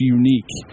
unique